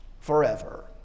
forever